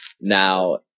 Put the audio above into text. Now